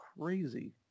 crazy